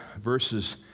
verses